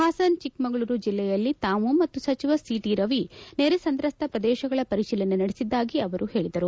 ಹಾಸನ ಚಿಕ್ಕಮಗಳೂರು ಜಿಲ್ಲೆಯಲ್ಲಿ ತಾವು ಮತ್ತು ಸಚಿವ ಸಿ ಟಿ ರವಿ ನೆರೆ ಸಂತ್ರಸ್ತ ಪ್ರದೇಶಗಳ ಪರಿಶೀಲನೆ ನಡೆಸಿದ್ದಾಗಿ ಅವರು ಪೇಳಿದರು